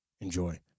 Enjoy